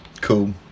cool